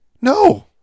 no